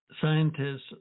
Scientists